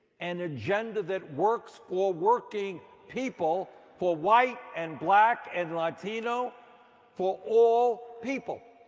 and agenda that works for work ing people for white and black and latino for all people.